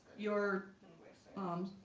your um